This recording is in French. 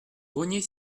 grenier